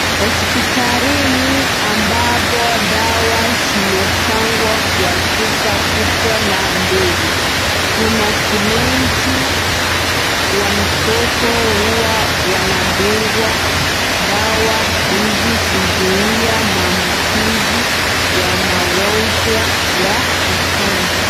Hospitalini ambapo dawa zimepangwa kwa chupa kubwa na ndogo kuna syrange watoto huwa wanadungwa dawa hizi kuzuia maambukizi ya magonjwa ya ukambi.